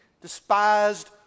despised